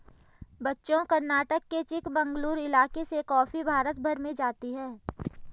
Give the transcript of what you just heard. बच्चों कर्नाटक के चिकमंगलूर इलाके से कॉफी भारत भर में जाती है